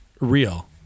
real